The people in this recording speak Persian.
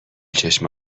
چشم